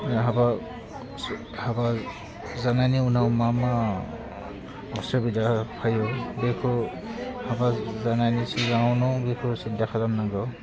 हाबा हाबा जानायनि उनाव मा मा उसुबिदा फैयो बेखौ हाबा जानायनि सिगाङावनो बेखौ सिन्था खालामनांगौ